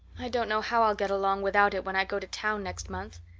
i don't know how i'll get along without it when i go to town next month.